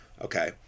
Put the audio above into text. Okay